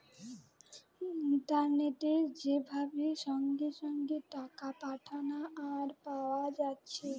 ইন্টারনেটে যে ভাবে সঙ্গে সঙ্গে টাকা পাঠানা আর পায়া যাচ্ছে